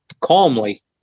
calmly